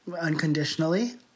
unconditionally